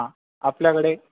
हा आपल्याकडे